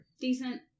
Decent